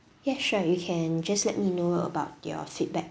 yes sure you can just let me know about your feedback